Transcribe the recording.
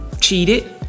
cheated